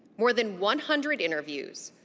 more than one hundred interviews,